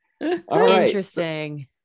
Interesting